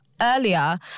earlier